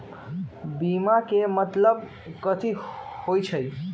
बीमा के मतलब कथी होई छई?